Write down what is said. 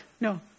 No